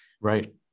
Right